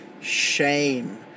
shame